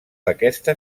d’aquesta